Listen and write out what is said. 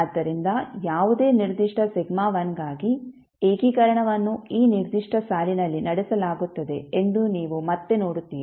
ಆದ್ದರಿಂದ ಯಾವುದೇ ನಿರ್ದಿಷ್ಟ σ1 ಗಾಗಿ ಏಕೀಕರಣವನ್ನು ಈ ನಿರ್ದಿಷ್ಟ ಸಾಲಿನಲ್ಲಿ ನಡೆಸಲಾಗುತ್ತದೆ ಎಂದು ನೀವು ಮತ್ತೆ ನೋಡುತ್ತೀರಿ